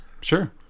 Sure